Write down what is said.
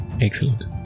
Excellent